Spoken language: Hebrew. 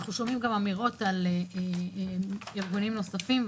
ואנחנו שומעים אמירות על ארגונים נוספים,